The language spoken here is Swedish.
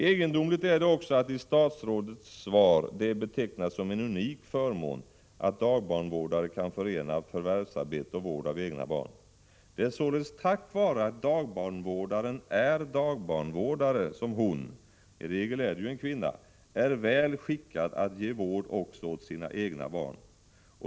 Egendomligt är det också att det i statsrådets svar betecknas som ”en unik förmån” att dagbarnvårdare kan förena förvärvsarbete och vård av egna barn. Det är således tack vare att dagbarnvårdaren är just dagbarnvårdare som hon -— i regel är det ju en kvinna — är väl skickad att ge vård också åt sina egna barn.